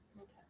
Okay